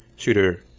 shooter